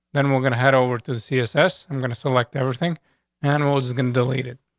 then we're gonna head over to the css. i'm going to select everything animals going to delete it.